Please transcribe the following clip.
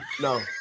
No